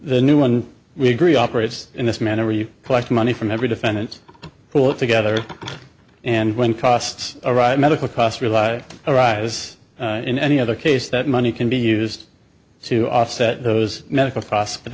the new one we agree operates in this manner you collect money from every defendant who work together and when costs arrive medical costs rely arise in any other case that money can be used to offset those medical process but